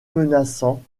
menaçant